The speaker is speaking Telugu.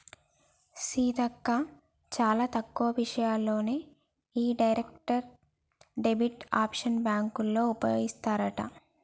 సీతక్క చాలా తక్కువ విషయాల్లోనే ఈ డైరెక్ట్ డెబిట్ ఆప్షన్ బ్యాంకోళ్ళు ఉపయోగిస్తారట